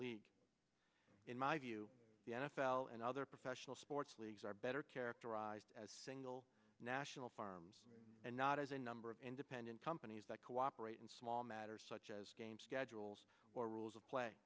league in my view the n f l and other professional sports leagues are better characterized as single national farms and not as a number of independent companies that cooperate in small matters such as game schedules or rules of play